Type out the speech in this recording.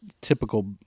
typical